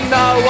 no